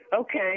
Okay